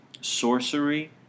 sorcery